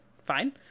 fine